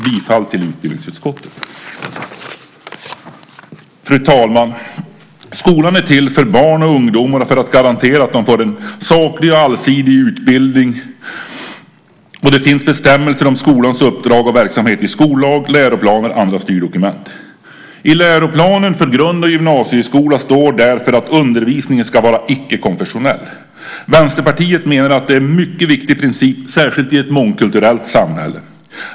Bifall till utbildningsutskottets förslag! Fru talman! Skolan är till för barn och ungdomar och för att garantera att de får en saklig och allsidig utbildning. Det finns bestämmelser om skolans uppdrag och verksamhet i skollag, läroplan och andra styrdokument. I läroplanen för grund och gymnasieskolan står därför att undervisningen ska vara icke-konfessionell. Vänsterpartiet menar att det är en mycket viktig princip, särskilt i ett mångkulturellt samhälle.